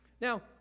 Now